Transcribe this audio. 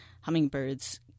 hummingbirds